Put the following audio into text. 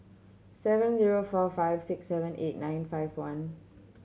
seven zero four five six seven eight nine five one